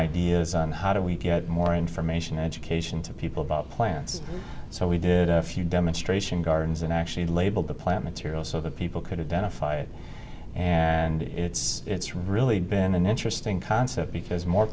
ideas on how do we get more information education to people about plants so we did a few demonstration gardens and actually labeled the plant material so that people could have been a fire and it's really been an interesting concept because more